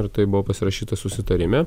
ir tai buvo pasirašyta susitarime